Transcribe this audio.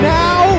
now